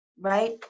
right